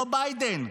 אותו ביידן,